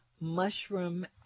mushroom